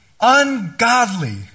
ungodly